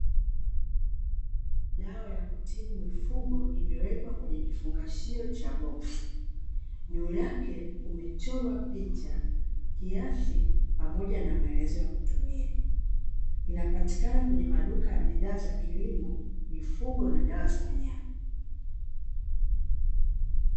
Dawa ya kutibu mifugo imewekwa kwenye kifungashio cha boksi; juu yake kumechorwa picha, kiasi, pamoja na maelezo ya kutumia. Inapatikana kwenye maduka ya bidhaa za kilimo, mifugo, na dawa za wanyama.